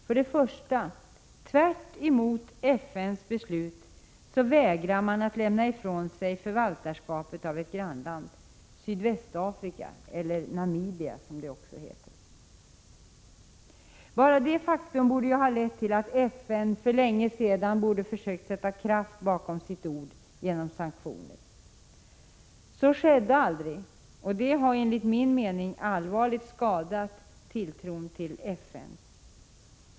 För det första: Tvärtemot FN:s beslut vägrar man att lämna ifrån sig förvaltarskapet av ett grannland, Sydvästafrika eller Namibia, som det också heter. Bara detta faktum borde ha lett till att FN för länge sedan försökt sätta kraft bakom sitt ord genom sanktioner. Så skedde aldrig, och det har enligt min mening allvarligt skadat tilltron till FN.